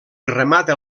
remata